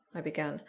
i began.